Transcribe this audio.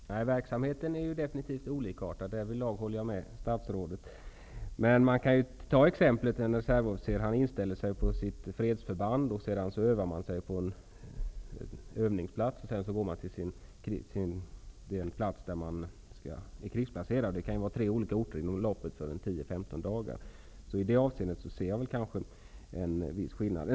Herr talman! Verksamheten är definitivt olikartad. Därvidlag håller jag med statsrådet. Man kan ändå som ett exempel ta en reservofficer som inställer sig på sitt fredsförband, övar på en bestämd övningsplats och sedan tar sig till den plats där han är krigsplacerad. Det kan ju i det fallet röra sig om tre olika orter inom loppet av tio--femton dagar.